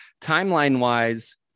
timeline-wise